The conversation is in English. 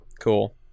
cool